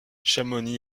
chamonix